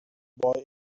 boy